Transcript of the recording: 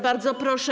Bardzo proszę.